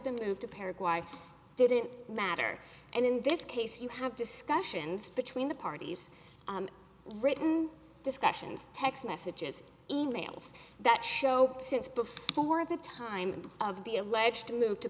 the move to paris didn't matter and in this case you have discussions between the parties written discussions text messages e mails that show since before the time of the alleged move to